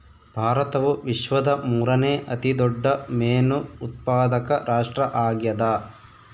ಭಾರತವು ವಿಶ್ವದ ಮೂರನೇ ಅತಿ ದೊಡ್ಡ ಮೇನು ಉತ್ಪಾದಕ ರಾಷ್ಟ್ರ ಆಗ್ಯದ